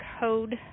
Code